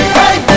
hey